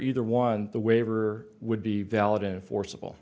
either one the waiver would be valid enforceable